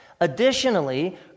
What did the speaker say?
Additionally